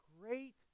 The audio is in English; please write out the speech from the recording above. great